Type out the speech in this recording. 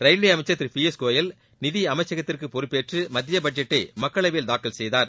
ரயில்வேஅமைச்சர் திருபியூஷ்கோயல் நிதியமைச்சகத்திற்குபொறுப்பேற்றுமத்தியபட்ஜெட்டைமக்களவையில் தாக்கல் செய்தார்